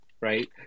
right